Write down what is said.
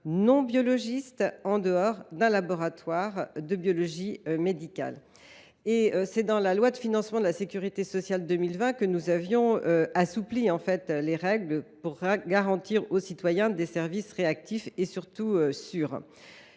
non biologiste en dehors d’un laboratoire de biologie médicale. C’est dans la loi de financement de la sécurité sociale de 2020 que nous avons assoupli les règles pour garantir aux citoyens des services réactifs et sûrs.